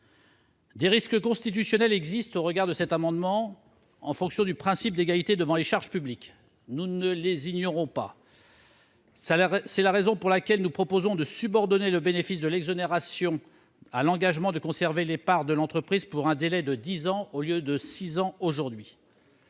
Des risques constitutionnels existent, au regard du principe d'égalité devant les charges publiques ; nous ne les ignorons pas. C'est la raison pour laquelle nous proposons de subordonner le bénéfice de l'exonération à l'engagement de conserver les parts de l'entreprise pour une durée de dix ans, au lieu de six ans aujourd'hui.